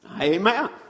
Amen